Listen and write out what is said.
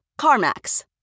CarMax